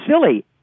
silly